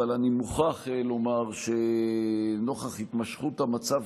אבל אני מוכרח לומר שנוכח התמשכות המצב